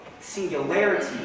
singularity